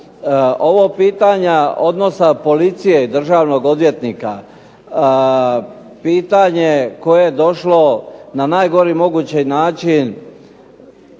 Ovo pitanja odnosa policije i državnog odvjetnika, pitanje koje je došlo na najgori mogući način